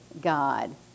god